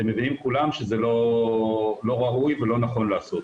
אתם מבינים כולכם שזה לא ראוי ולא נכון לעשות.